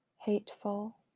hateful